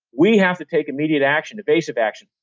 we have to take immediate action, evasive action.